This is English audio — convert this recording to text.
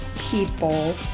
people